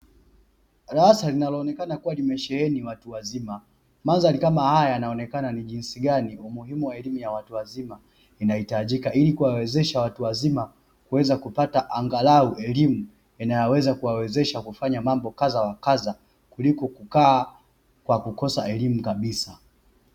Darasa linaloonekana kuwa limesheheni watu wazima, mandhari ni kama haya yanaonekana ni jinsi gani umuhimu wa elimu ya watu wazima inahitajika, ili kuwawezesha watu wazima kuweza kupata angalau elimu inayoweza kuwawezesha kufanya mambo kadha wa kadha, kuliko kukaa kwa kukosa elimu kabisa.